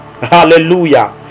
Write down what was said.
Hallelujah